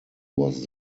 was